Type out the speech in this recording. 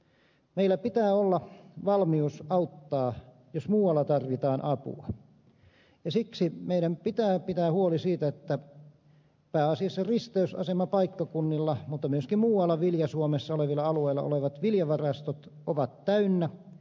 meillä pitää olla valmius auttaa jos muualla tarvitaan apua ja siksi meidän pitää pitää huoli siitä että pääasiassa risteysasemapaikkakunnilla mutta myöskin muualla vilja suomessa olevilla alueilla olevat viljavarastot ovat täynnä